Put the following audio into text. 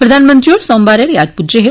प्रधानमंत्री होर सोमवारे रियाद पुज्जे हे